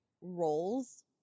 roles